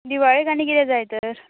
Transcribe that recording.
दिवाळेक आनी कितें जाय तर